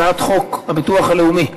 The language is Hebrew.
הצעת חוק הביטוח הלאומי (תיקון,